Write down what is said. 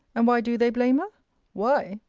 and why do they blame her why?